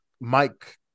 Mike